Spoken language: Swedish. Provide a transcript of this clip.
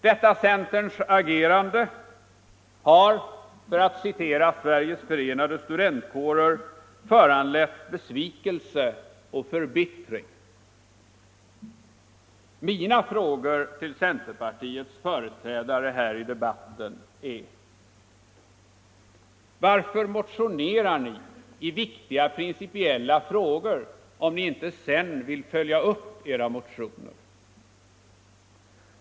Detta centerns agerande har, för att citera Sveriges förenade studentkårer, föranlett ”besvikelse och förbittring”. Mina frågor till centerpartiets företrädare här i debatten är: Varför motionerar ni i viktiga, principiella frågor om ni sedan inte vill följa upp era motioner?